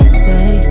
say